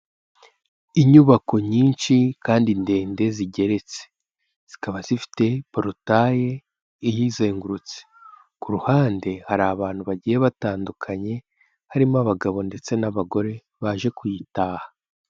Inyubako nyinshi kandi ndende zigeretse zikaba zifite porotaye iyizengurutse. Ku ruhande hari abantu bagiye batandukanye harimo abagabo ndetse n'abagore baje kuyitaha.